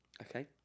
Okay